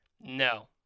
No